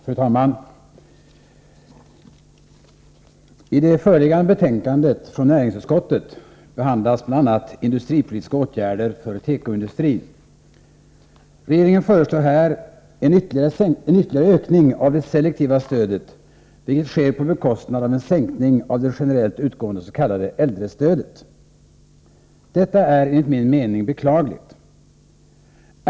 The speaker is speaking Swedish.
Fru talman! I det föreliggande betänkandet från näringsutskottet behandlas bl.a. industripolitiska åtgärder för tekoindustrin. Regeringen föreslår här en ytterligare ökning av det selektiva stödet, vilket sker på bekostnad av en sänkning av det generellt utgående s.k. äldrestödet. Detta är enligt min mening beklagligt.